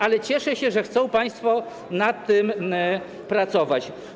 Ale cieszę się, że chcą państwo nad tym pracować.